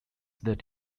that